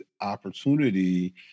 opportunity